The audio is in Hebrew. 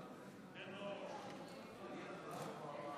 חמש דקות.